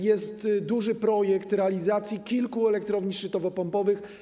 Jest duży projekt realizacji kilku elektrowni szczytowo-pompowych.